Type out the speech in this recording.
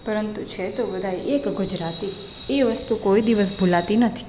પરંતુ છે તો બધાંય એક ગુજરાતી એ વસ્તુ કોઈ દિવસ ભુલાતી નથી